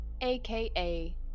aka